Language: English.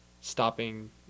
stopping